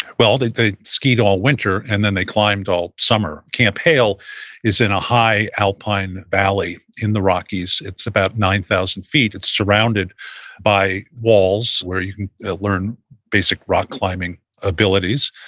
well, they they skied all winter, and then they climbed all summer. camp hale is in a high alpine valley in the rockies. it's about nine thousand feet. it's surrounded by walls, where you learn basic rock-climbing abilities.